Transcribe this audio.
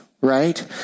right